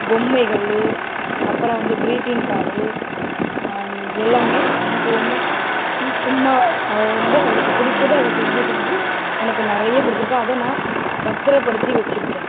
பொம்மைகள் அப்புறம் வந்து க்ரீட்டிங் கார்டு எல்லாமே எனக்கு ஒன்றும் இ சும்மா அவ வந்து அவளுக்கு பிடிச்சதை அவ செஞ்சு செஞ்சு எனக்கு நிறைய கொடுத்துருக்கா அதை நான் பத்திரபடுத்தி வச்சிருக்கேன்